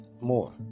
more